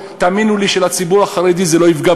תאמינו לי שזה לא יפגע בציבור החרדי כהוא-זה,